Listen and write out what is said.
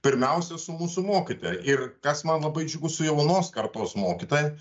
pirmiausia su mūsų mokytoja ir kas man labai džiugu su jaunos kartos mokytoja